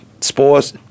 Sports